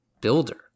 builder